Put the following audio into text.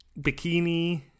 bikini